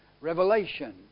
revelation